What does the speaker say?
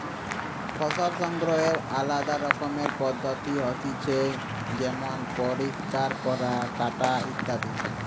ফসল সংগ্রহনের আলদা রকমের পদ্ধতি হতিছে যেমন পরিষ্কার করা, কাটা ইত্যাদি